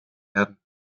werden